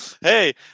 Hey